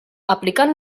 aplicant